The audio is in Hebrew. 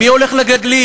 מי הולך לגליל?